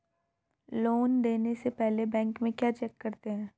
Loan देने से पहले बैंक में क्या चेक करते हैं?